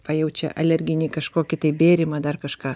pajaučia alerginį kažkokį tai bėrimą dar kažką